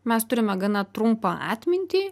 mes turime gana trumpą atmintį